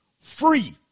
free